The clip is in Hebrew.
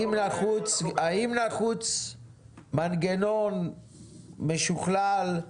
האם נחוץ מנגנון משוכלל,